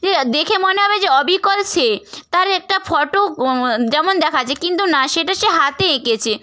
যে দেখে মনে হবে যে অবিকল সে তার একটা ফোটো যেমন দেখাচ্ছে কিন্তু না সেটা সে হাতে এঁকেছে